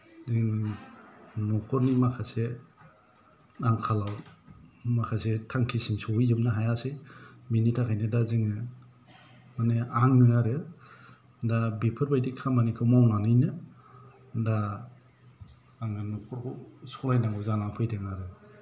न'खरनि माखासे आंखाल दं माखासे थांखिसिम सौहैजोबनो हायासै बिनि थाखायनो दा जोङो माने आङो आरो दा बेफोरबायदि खामानिखौ मावनानैनो दा आङो न'खरखौ सलायनांगौ जानानै फैदों आरो